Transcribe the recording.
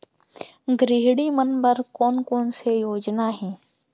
गृहिणी मन बर कोन कोन से योजना हे?